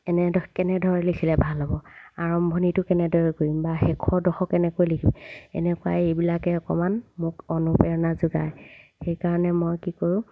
কেনেধ কেনেদৰে লিখিলে ভাল হ'ব আৰম্ভণিটো কেনেদৰে কৰিম বা শেষৰডোখৰ কেনেকৈ লিখিম এনেকুৱাই এইবিলাকে অকণমান মোক অনুপ্ৰেৰণা যোগায় সেইকাৰণে মই কি কৰোঁ